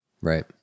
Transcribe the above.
right